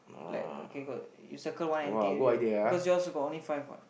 like okay got you circle one empty area because yours got only five what